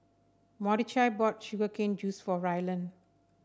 Mordechai bought Sugar Cane Juice for Ryland